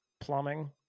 plumbing